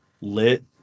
lit